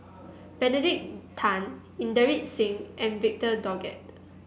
Benedict Tan Inderjit Singh and Victor Doggett